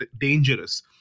dangerous